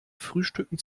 frühstücken